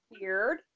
weird